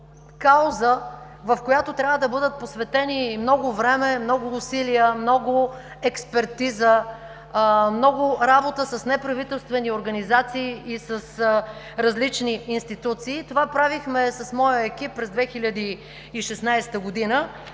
кауза, в която трябва да бъдат посветени много време, много усилия, много експертиза, много работа с неправителствени организации и с различни институции. Това правихме с моя екип през 2016 г.